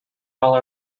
while